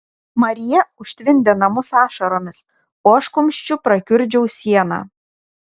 marija užtvindė namus ašaromis o aš kumščiu prakiurdžiau sieną